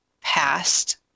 past